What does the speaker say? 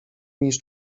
niż